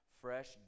fresh